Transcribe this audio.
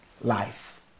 life